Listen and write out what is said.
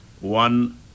one